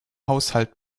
haushalt